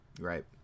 Right